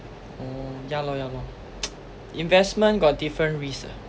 orh ya lor ya lor investment got different risk ah